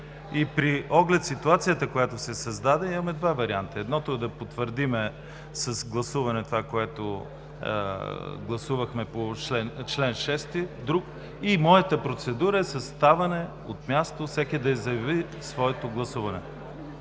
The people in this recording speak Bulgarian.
при оглед ситуацията, която се създаде – имаме два варианта: единият е да потвърдим с гласуване това, което гласувахме по чл. 6. Моята процедура е със ставане от място – всеки да заяви своето гласуване.